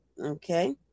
okay